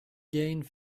gained